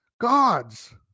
gods